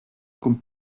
con